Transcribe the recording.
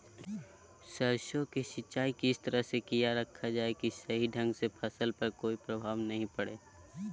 सरसों के सिंचाई किस तरह से किया रखा जाए कि सही ढंग से फसल पर कोई प्रभाव नहीं पड़े?